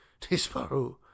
Disparu